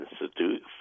Institute